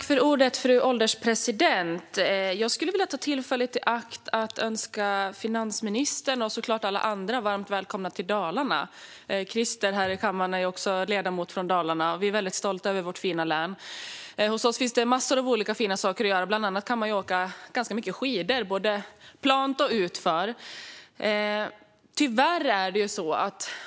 Fru ålderspresident! Jag vill ta tillfället i akt och hälsa finansministern och såklart alla andra varmt välkomna till Dalarna. Även Crister Carlsson, som sitter här i kammaren, är ledamot från Dalarna. Vi är väldigt stolta över vårt fina län. Hos oss finns det en massa olika fina saker att göra. Bland annat kan man åka skidor, både plant och utför.